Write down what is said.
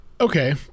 okay